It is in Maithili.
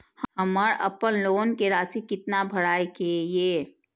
हमर अपन लोन के राशि कितना भराई के ये?